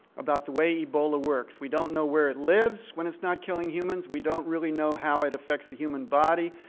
the way ebola works. we don't know where it lives when it's not killing humans. we don't really know how it affects the human body.